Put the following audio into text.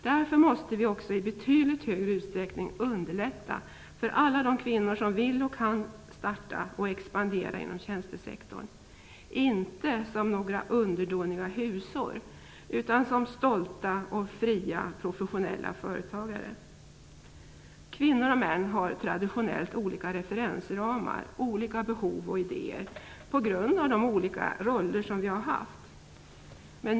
Därför måste vi också i betydligt större utsträckning underlätta för alla de kvinnor som vill och kan starta företag och expandera inom tjänstesektorn - inte som några underdåniga husor utan som stolta och fria professionella företagare. Kvinnor och män har traditionellt olika referensramar, olika behov och idéer, på grund av de olika roller vi har haft tidigare.